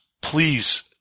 please